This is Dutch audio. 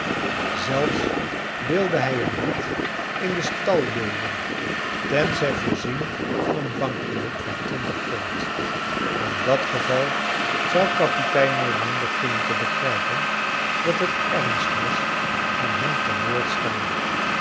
zelfs wilde hij hem niet in den stal dulden tenzij voorzxen van een banknoot van twintig pond in dat geval zou kapitein maroon beginnen te begrijpen dat het ernst was en hem te woord staan